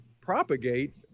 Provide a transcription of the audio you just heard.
propagate